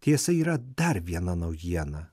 tiesa yra dar viena naujiena